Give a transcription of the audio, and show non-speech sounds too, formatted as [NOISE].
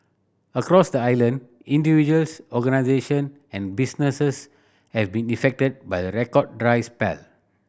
across the island individuals organisation and businesses have been [UNINTELLIGIBLE] by the record dry spell